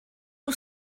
nhw